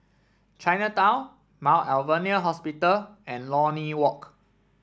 Chinatown Mount Alvernia Hospital and Lornie Walk